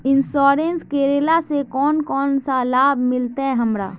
Insurance करेला से कोन कोन सा लाभ मिलते हमरा?